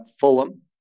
Fulham